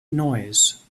noise